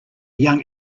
young